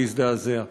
להזדעזע,